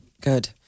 Good